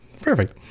Perfect